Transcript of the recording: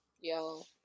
Yo